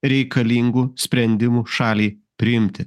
reikalingų sprendimų šaliai priimti